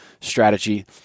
strategy